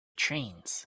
trains